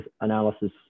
analysis